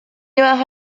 llevados